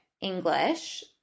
English